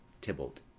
Tybalt